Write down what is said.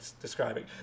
describing